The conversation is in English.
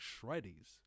shreddies